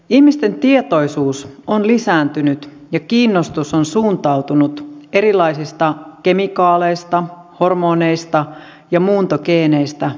ihmisten tietoisuus on lisääntynyt ja kiinnostus on suuntautunut erilaisista kemikaaleista hormoneista ja muuntogeeneistä vapaisiin tuotteisiin